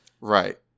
Right